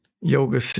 yoga